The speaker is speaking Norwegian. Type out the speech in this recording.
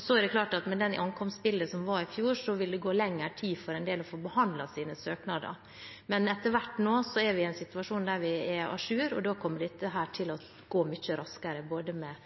Så er det klart at med det ankomstbildet som var i fjor, vil det gå lengre tid for en del å få behandlet sine søknader. Men etter hvert er vi i en situasjon der vi er à jour, og da kommer det til å gå mye raskere både